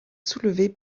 soulevé